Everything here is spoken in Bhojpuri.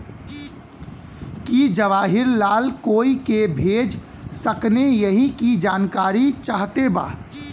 की जवाहिर लाल कोई के भेज सकने यही की जानकारी चाहते बा?